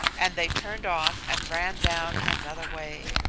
and they turned off and ran down another way.